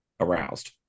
aroused